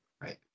Right